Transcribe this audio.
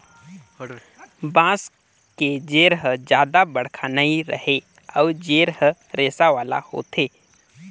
बांस के जेर हर जादा बड़रखा नइ रहें अउ जेर हर रेसा वाला होथे